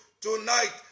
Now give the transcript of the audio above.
Tonight